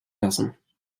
lassen